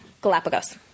Galapagos